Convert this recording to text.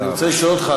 אני רוצה לשאול אותך,